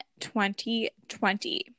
2020